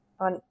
on